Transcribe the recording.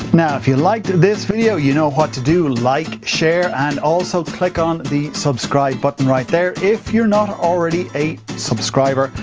now, if you liked this video, you know what to do. like, share and also, click on the subscribe button, right there, if you're not already, a subscriber,